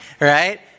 right